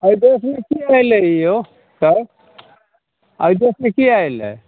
एहि देशमे किएक अयलइ यौ सर अइ देशमे किएक अयलइ